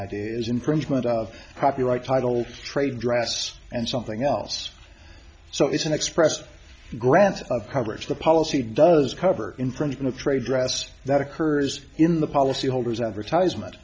is infringement of copyright titles trade dress and something else so it's an expressed grant of coverage the policy does cover infringement of trade dress that occurs in the policyholders advertisement